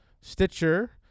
stitcher